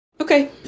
Okay